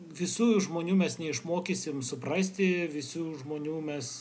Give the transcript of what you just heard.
visų žmonių mes neišmokysim suprasti visų žmonių mes